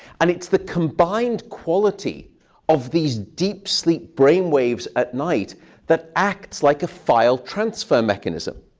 and it's the combined quality of these deep sleep brainwaves at night that acts like a file transfer mechanism.